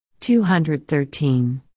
213